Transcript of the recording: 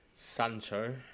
Sancho